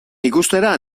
ikustera